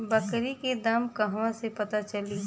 बकरी के दाम कहवा से पता चली?